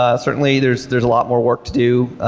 ah certainly there's there's a lot more work to do.